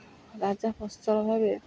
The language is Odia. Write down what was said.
ରାଜା ଭାବେ